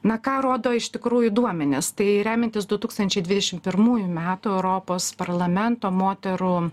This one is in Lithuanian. na ką rodo iš tikrųjų duomenys tai remiantis du tūkstančiai dvidešim pirmųjų metų europos parlamento moterų